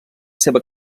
seva